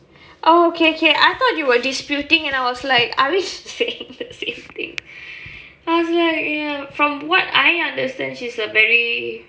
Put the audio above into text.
oh okay okay I thought you were disputing and I was like are we saying the same thing I was like ya from what I understand she is a very